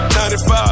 95